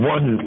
One